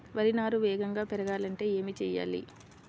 వరి నారు వేగంగా పెరగాలంటే ఏమి చెయ్యాలి?